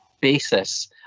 basis